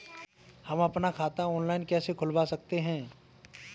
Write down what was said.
हम अपना खाता ऑनलाइन कैसे खुलवा सकते हैं?